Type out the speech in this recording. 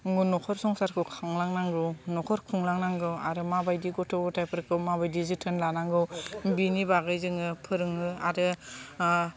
न'खर संसारखौ खांनांगौ न'खर खुंलांनांगौ आरो माबायदि गथ' गथायफोरखौ माबायदि जोथोन लानांगौ बेनि बागै जोङो फोरोङो आरो